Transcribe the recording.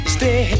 Stay